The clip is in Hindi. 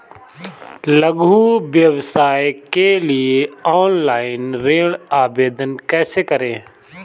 लघु व्यवसाय के लिए ऑनलाइन ऋण आवेदन कैसे करें?